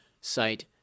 site